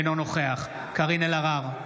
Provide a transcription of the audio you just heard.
אינו נוכח קארין אלהרר,